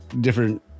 different